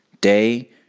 Day